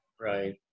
Right